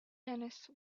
dennis